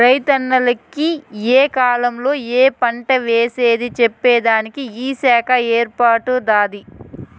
రైతన్నల కి ఏ కాలంలో ఏ పంటేసేది చెప్పేదానికి ఈ శాఖ ఏర్పాటై దాది